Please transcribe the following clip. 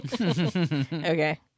Okay